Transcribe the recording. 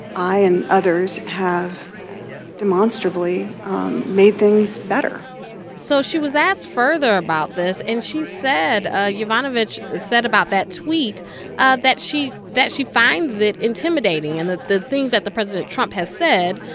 i and others have demonstrably made things better so she was asked further about this. and she said ah yovanovitch said about that tweet ah that she that she finds it intimidating and that the things that president trump has said,